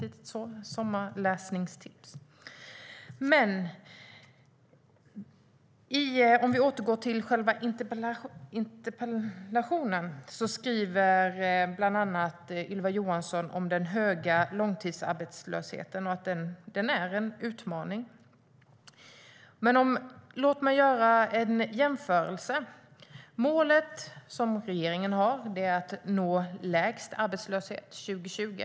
I interpellationssvaret talar Ylva Johansson bland annat om den höga långtidsarbetslösheten och att den är en utmaning. Låt mig göra en jämförelse. Regeringens mål är att nå lägst arbetslöshet i Europa till 2020.